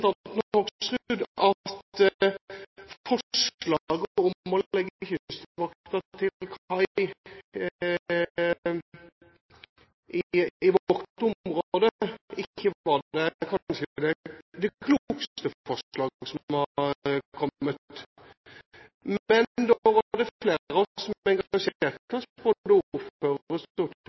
at forslaget om å legge Kystvakten til kai i vårt område, kanskje ikke var det klokeste forslaget som har kommet. Men det var flere av oss som engasjerte oss, både ordførere